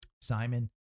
Simon